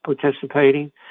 participating